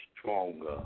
stronger